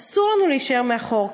אסור לנו להישאר מאחור.